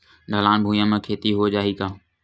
ढलान भुइयां म खेती हो जाही का?